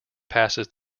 passes